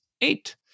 Eight